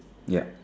ya